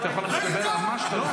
אתה יכול לדבר על מה שאתה רוצה.